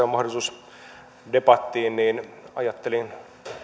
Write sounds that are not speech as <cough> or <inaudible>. <unintelligible> on mahdollisuus debattiin niin ajattelin